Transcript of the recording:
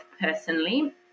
personally